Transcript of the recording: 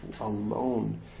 alone